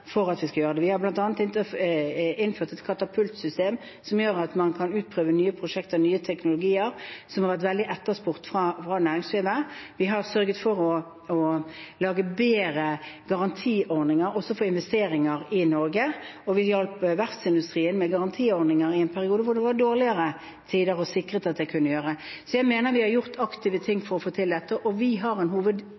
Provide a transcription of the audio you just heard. Vi har bl.a. innført et katapultsystem som gjør at man kan utprøve nye prosjekter, nye teknologier, som har vært veldig etterspurt fra næringslivet. Vi har sørget for å lage bedre garantiordninger for investeringer i Norge, og vi hjalp verftsindustrien med garantiordninger i en periode da det var dårligere tider – sikret det. Jeg mener vi har vært aktive